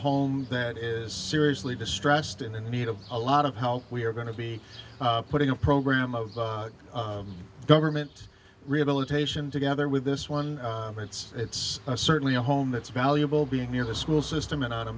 home that is seriously distressed and in need of a lot of how we are going to be putting a program of government rehabilitation together with this one it's it's certainly a home that's valuable being near the school system and on a